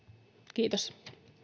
kiitos